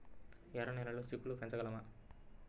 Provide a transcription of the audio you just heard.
ఎర్ర నెలలో చిక్కుళ్ళు పెంచగలమా?